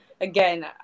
again